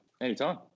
Anytime